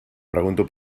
pregunto